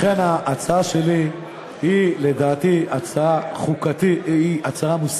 לכן ההצעה שלי היא לדעתי הצעה מוסרית,